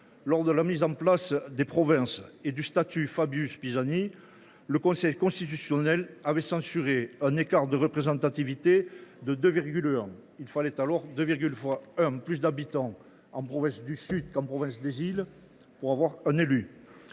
lors de la mise en place des provinces et du statut Fabius Pisani, le Conseil constitutionnel avait censuré un écart de représentativité de 2,1 – il fallait alors 2,1 fois plus d’habitants dans la province Sud que dans la province des îles Loyauté pour avoir un élu.